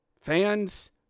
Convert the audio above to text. fans